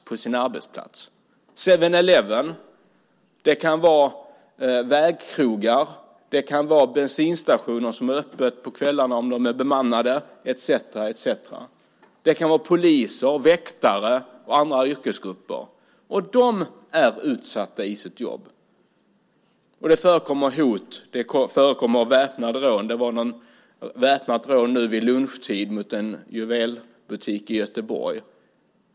Det kan gälla 7-Eleven, vägkrogar, kvällsöppna bemannade bensinstationer etcetera. Det kan också gälla poliser, väktare och andra yrkesgrupper. Dessa är utsatta i jobbet. Det förekommer både hot och väpnade rån. Vid lunchtid i dag var det ett väpnat rån mot en juvelerarbutik i Göteborg.